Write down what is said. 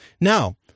Now